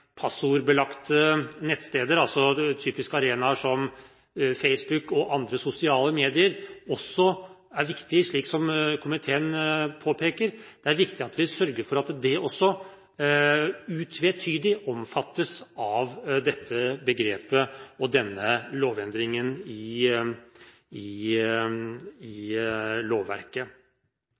nettsteder, altså typiske arenaer som Facebook og andre sosiale medier, også er viktige, slik komiteen påpeker. Det er viktig at vi sørger for at også disse mediene utvetydig omfattes av dette begrepet og denne endringen i